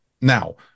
Now